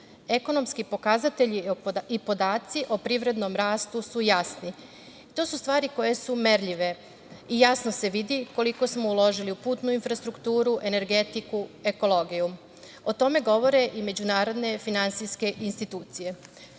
Ekonomski pokazatelji i podaci o privrednom rastu su jasni. To su stvari koje su merljive i jasno se vidi koliko smo uložili u putnu infrastrukturu, energetiku, ekologiju. O tome govore i međunarodne finansijske institucije. Zakon